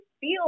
feel